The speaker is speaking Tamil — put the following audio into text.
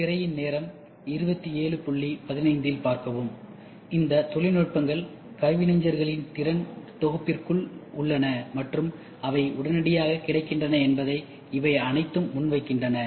திரையின் நேரம் 2715 இல் பார்க்கவும் இந்த தொழில்நுட்பங்கள் கைவினைஞரின் திறன் தொகுப்பிற்குள் உள்ளன மற்றும் அவை உடனடியாக கிடைக்கின்றன என்பதை இவை அனைத்தும் முன்வைக்கின்றன